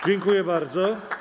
Dziękuję bardzo.